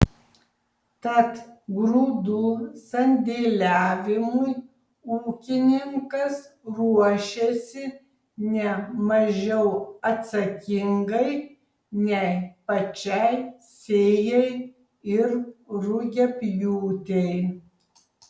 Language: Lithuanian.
tad grūdų sandėliavimui ūkininkas ruošiasi ne mažiau atsakingai nei pačiai sėjai ir rugiapjūtei